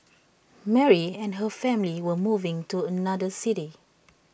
Mary and her family were moving to another city